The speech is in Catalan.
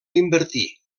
invertir